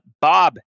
Bob